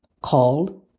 called